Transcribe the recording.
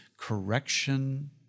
correction